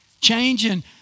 changing